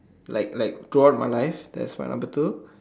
like like throughout my life that's my number two